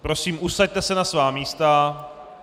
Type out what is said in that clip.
Prosím, usaďte se na svá místa...